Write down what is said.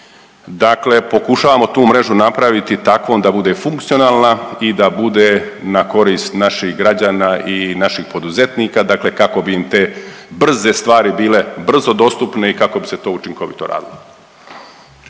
Dakle, pokušavamo tu mrežu napraviti takvom da bude funkcionalna i da bude na korist naših građana i naših poduzetnika. Dakle, kako bi im te brze stvari bile brzo dostupne i kako bi se to učinkovito uradilo.